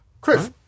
Chris